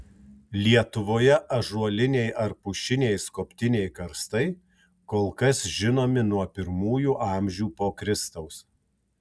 lietuvoje ąžuoliniai ar pušiniai skobtiniai karstai kol kas žinomi nuo pirmųjų amžių po kristaus